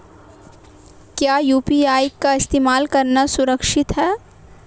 क्या यू.पी.आई का इस्तेमाल करना सुरक्षित है?